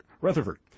Rutherford